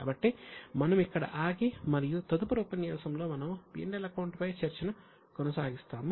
కాబట్టి మనము ఇక్కడ ఆగి మరియు తదుపరి ఉపన్యాసంలో మనము P L అకౌంట్ పై చర్చ ను కొనసాగిస్తాము